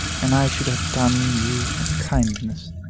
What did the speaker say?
and i should have done you a kindness,